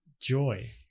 joy